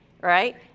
right